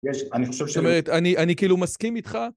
יש, אני חושב ש... זאת אומרת, אני כאילו מסכים איתך?